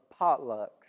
potlucks